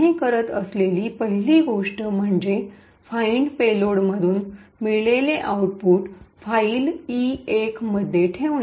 आम्ही करत असलेली पहिली गोष्ट म्हणजे फाईनड पेलोड मधून मिळलेले आउटपुट फाईल ई१ मध्ये ठेवणे